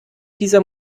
dieser